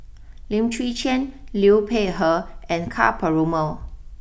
Lim Chwee Chian Liu Peihe and Ka Perumal